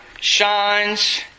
shines